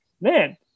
Man